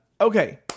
Okay